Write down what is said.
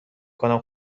کنم